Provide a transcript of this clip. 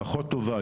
פחות טובה,